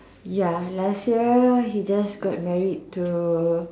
ya last year he just got married to